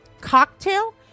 cocktail